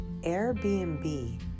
Airbnb